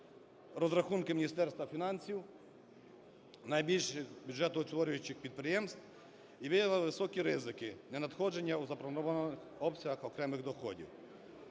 розрахунки Міністерства фінансів найбільш бюджетоутворюючих підприємств і виявила високі ризики ненадходження у запропонованих обсягах окремих доходів.